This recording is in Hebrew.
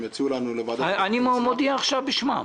אני מודיע עכשיו בשמם.